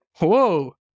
whoa